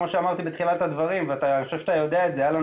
כמו שאמרתי בתחילת הדברים ואני חושב שאתה יודע את זה: היה לנו